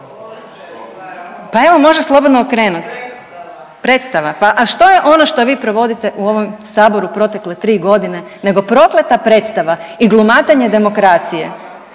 iz klupe: Predstava/… Predstava? Pa, a što je ono što vi provodite u ovom saboru protekle 3.g. nego prokleta predstava i glumatanje demokracije.